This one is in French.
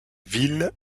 ville